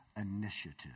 initiative